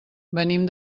venim